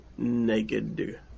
naked